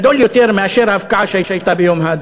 לך,